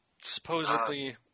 supposedly –